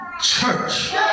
church